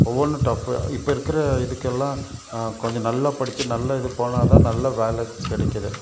ஒவ்வொன்றும் டஃப்பு இப்போ இருக்கிற இதுக்கெல்லாம் கொஞ்சம் நல்லா படித்து நல்லா இது போனால் தான் நல்ல வேலை கிடைக்கிது